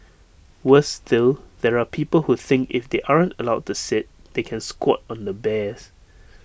worse still there are people who think if they aren't allowed to sit they can squat on the bears